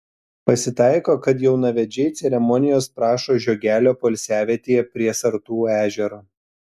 pasitaiko kad jaunavedžiai ceremonijos prašo žiogelio poilsiavietėje prie sartų ežero